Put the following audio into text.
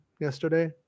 yesterday